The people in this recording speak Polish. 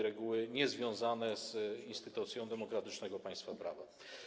Reguły niezwiązane z instytucją demokratycznego państwa prawa.